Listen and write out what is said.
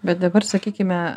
bet dabar sakykime